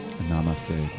Namaste